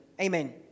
Amen